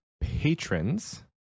patrons